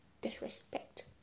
disrespect